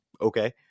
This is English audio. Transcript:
okay